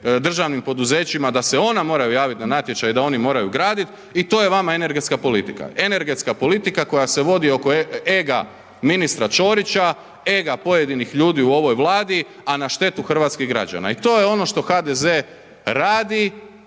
državnim poduzećima da se ona moraju javiti na natječaj, da oni moraju graditi i to je vama energetska politika. Energetska politika koja se vodi oko ega ministra Čorića, ega pojedinih ljudi u ovoj Vladi a na štetu hrvatskih građana i to je ono što HDZ radi